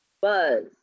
buzz